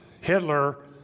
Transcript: Hitler